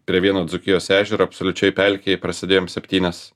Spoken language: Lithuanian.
prie vieno dzūkijos ežero absoliučioj pelkėj prasėdėjom septynias